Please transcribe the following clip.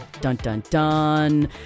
dun-dun-dun